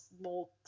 more